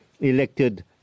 elected